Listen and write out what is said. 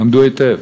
למדו היטב: